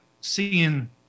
seeing